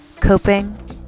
coping